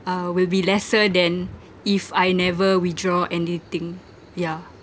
uh will be lesser than if I never withdraw anything yeah